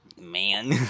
Man